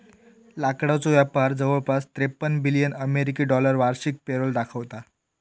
लाकडाचो व्यापार जवळपास त्रेपन्न बिलियन अमेरिकी डॉलर वार्षिक पेरोल दाखवता